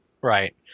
Right